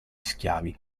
schiavi